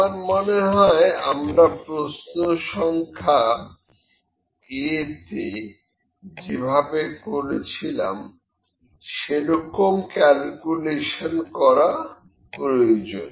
আমার মনে হয় আমরা প্রশ্ন সংখ্যা a তে যেভাবে করেছিলাম সেরকম ক্যালকুলেশন করা প্রয়োজন